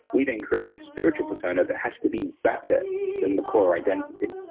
we then create this spiritual persona that has to be better than the core identity.